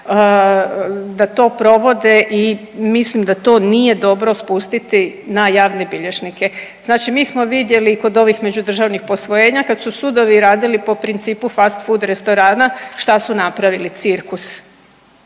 da to provode i mislim da to nije dobro spustiti na javne bilježnike. Znači mi smo vidjeli i kod ovih međudržavnih posvojenja, kad su sudovi radili po principu fast food restorana, šta su napravili? Cirkus.